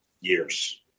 years